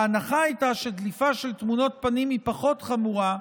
ההנחה הייתה שדליפה של תמונות פנים היא פחות חמורה,